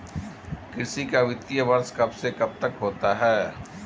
कृषि का वित्तीय वर्ष कब से कब तक होता है?